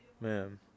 Man